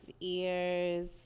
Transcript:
ears